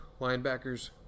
linebackers